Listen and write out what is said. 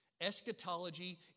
Eschatology